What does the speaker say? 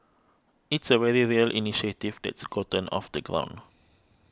it's a very real initiative that's gotten off the ground